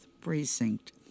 precinct